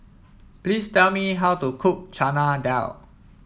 please tell me how to cook Chana Dal